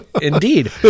indeed